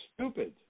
stupid